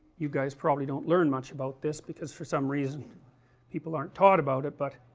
you guys probably don't learn much about this because for some reason people aren't taught about it, but